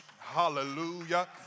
Hallelujah